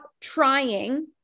trying